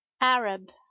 Arab